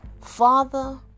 Father